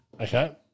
Okay